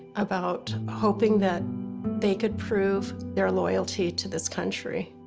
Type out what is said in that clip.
about hoping that they could prove their loyalty to this country.